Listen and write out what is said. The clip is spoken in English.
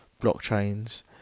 blockchains